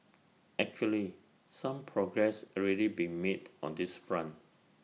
actually some progress already been made on this front